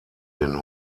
den